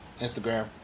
Instagram